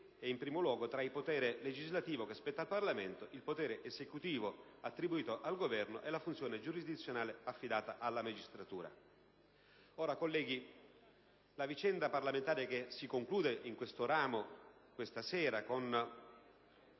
e in primo luogo tra il potere legislativo, che spetta al Parlamento, il potere esecutivo, attribuito al Governo, e la funzione giurisdizionale, affidata alla magistratura. Colleghi, la vicenda parlamentare che si conclude questa sera in questo ramo